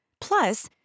Plus